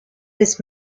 was